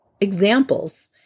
examples